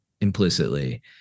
implicitly